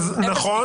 נכון.